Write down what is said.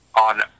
on